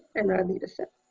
and our leadership.